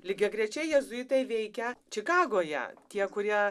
lygiagrečiai jėzuitai veikia čikagoje tie kurie